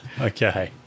Okay